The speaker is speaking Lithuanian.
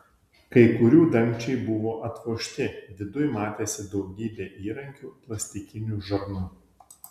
kai kurių dangčiai buvo atvožti viduj matėsi daugybė įrankių plastikinių žarnų